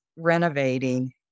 renovating